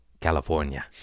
California